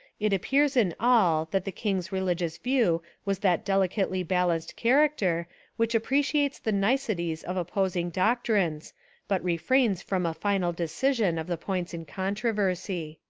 it appears in all that the king's religious view was that delicately balanced character which appreciates the niceties of opposing doc trines but refrains from a final decision of the points in controversy.